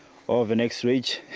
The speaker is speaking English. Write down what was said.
over next ridge,